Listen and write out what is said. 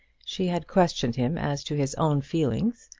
she had questioned him as to his own feelings,